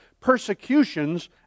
Persecutions